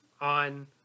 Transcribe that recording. on